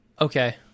okay